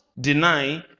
deny